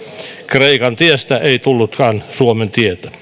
kreikan tiestä ei tullutkaan suomen